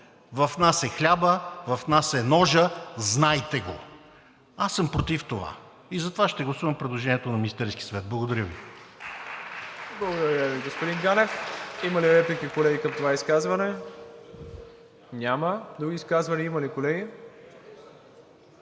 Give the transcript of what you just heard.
в нас е хлябът, в нас е ножът, знайте го!“ Аз съм против това и затова ще гласувам предложението на Министерския съвет. Благодаря Ви.